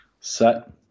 set